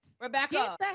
Rebecca